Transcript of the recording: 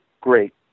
great